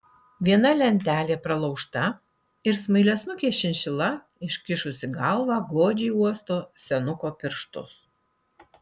viena lentelė pralaužta ir smailiasnukė šinšila iškišusi galvą godžiai uosto senuko pirštus